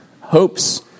hopes